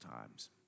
times